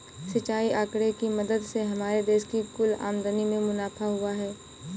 सिंचाई आंकड़े की मदद से हमारे देश की कुल आमदनी में मुनाफा हुआ है